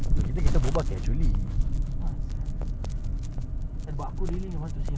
ya satu jam kau buat lima hari dah berapa puluh kau buat one week